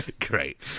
great